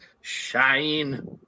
Shine